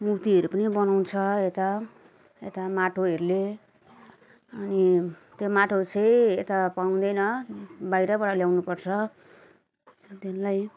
मूर्तिहरू पनि बनाउँछ यता यता माटोहरूले अनि त्यो माटो चाहिँ यता पाउँदैन बाहिरैबाट ल्याउनुपर्छ हो त्यसलाई